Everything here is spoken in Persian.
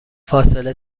فاصله